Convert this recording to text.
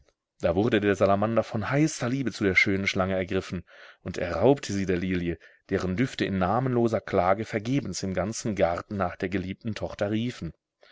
da wurde der salamander von heißer liebe zu der schönen schlange ergriffen und er raubte sie der lilie deren düfte in namenloser klage vergebens im ganzen garten nach der geliebten tochter riefen